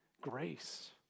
grace